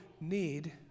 need